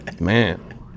Man